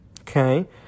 Okay